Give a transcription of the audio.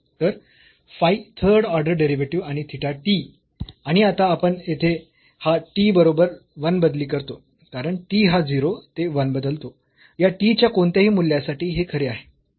तर phi third order derivative आणि theta t आणि आता आपण येथे हा t बरोबर 1 बदली करतो कारण t हा 0 ते 1 बदलतो या t च्या कोणत्याही मूल्यासाठी हे खरे आहे